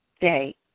day